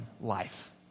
life